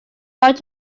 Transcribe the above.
brought